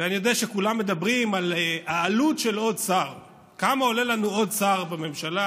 אני יודע שכולם מדברים על העלות של עוד שר: כמה עולה לנו עוד שר בממשלה,